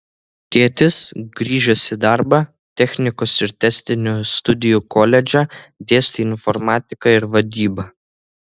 tėtis grįžęs į darbą technikos ir tęstinių studijų koledže dėstė informatiką ir vadybą